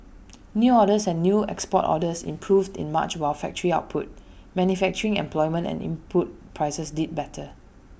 new orders and new export orders improved in March while factory output manufacturing employment and input prices did better